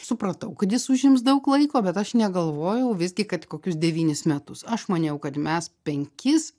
supratau kad jis užims daug laiko bet aš negalvojau visgi kad kokius devynis metus aš maniau kad mes penkis